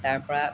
তাৰ পৰা